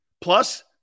Plus